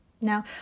Now